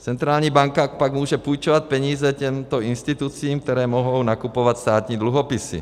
Centrální banka pak může půjčovat peníze těmto institucím, které mohou nakupovat státní dluhopisy.